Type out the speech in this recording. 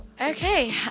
Okay